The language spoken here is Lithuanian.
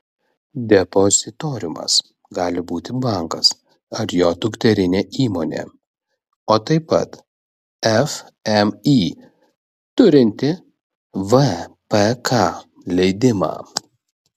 depozitoriumas gali būti bankas ar jo dukterinė įmonė o taip pat fmį turinti vpk leidimą